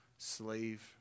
slave